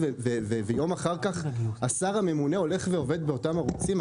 ויום אחר כך השר הממונה הולך ועובד באותם ערוצים?